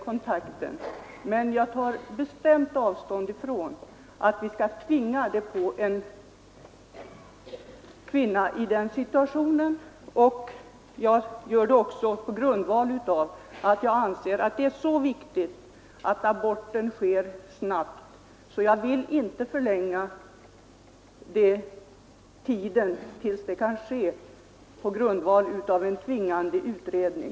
Däremot tar jag bestämt avstånd ifrån att vi skall tvinga rådgivning på en kvinna i en svår situation. Jag anser det nämligen vara så viktigt att aborten sker snabbt, att jag inte vill förlänga väntetiden med en påtvingad utredning.